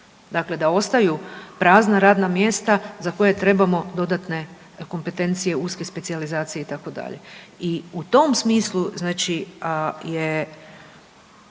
dakle da ostaju prazna radna mjesta za koja trebamo dodatne kompetencije uske specijalizacije itd. i u tom smislu znači je